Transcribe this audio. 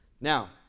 Now